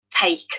take